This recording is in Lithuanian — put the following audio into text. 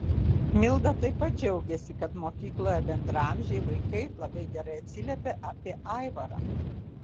milda taip pat džiaugiasi kad mokykloje bendraamžiai vaikai labai gerai atsiliepia apie aivarą